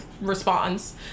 response